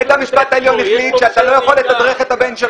עכשיו, זה תמיד מעצבן שגונבים אותך.